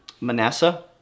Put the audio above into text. Manasseh